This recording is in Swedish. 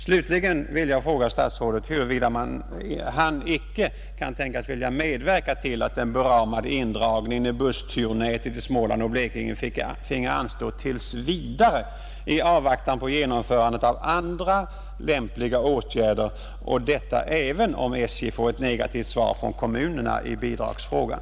Slutligen vill jag fråga statsrådet Norling huruvida han inte kan tänkas vilja medverka till att den beramade indragningen i bussturnätet i Småland och Blekinge får anstå tills vidare i avvaktan på genomförandet av andra lämpliga åtgärder — och detta även om SJ får ett negativt svar från kommunerna i bidragsfrågan.